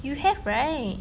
you have right